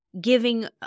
giving